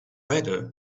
better